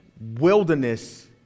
Wilderness